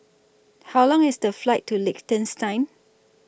How Long IS The Flight to Liechtenstein